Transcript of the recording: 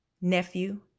nephew